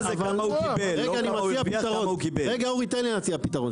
רגע אורי תן לי להציע פתרון.